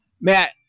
Matt